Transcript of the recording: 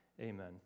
amen